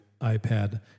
iPad